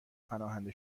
پناهنده